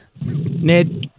Ned